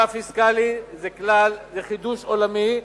הכלל הפיסקלי זה חידוש עולמי,